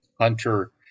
Hunter